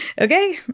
okay